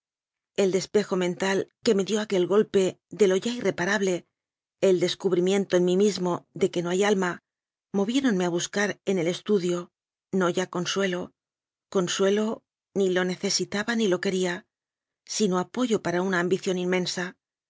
el despejo mental que me dió aquel golpe de lo ya irreparable el descubrimiento en mí mismo de que no hay alma moviéronme a buscar en el estudio no ya consueloconsuelo ni lo necesitaba ni lo quería sino apoyo para una ambición inmensa